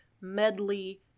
medley